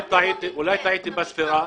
אולי טעיתי בספירה?